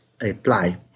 apply